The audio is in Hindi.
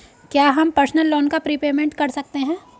क्या हम पर्सनल लोन का प्रीपेमेंट कर सकते हैं?